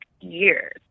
years